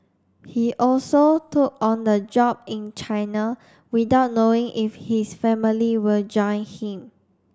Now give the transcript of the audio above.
he also took on the job in China without knowing if his family will join him